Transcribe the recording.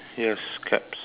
yes caps